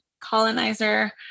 colonizer